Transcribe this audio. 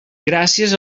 gràcies